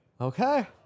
Okay